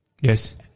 Yes